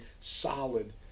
solid